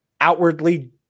outwardly